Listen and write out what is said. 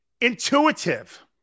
Intuitive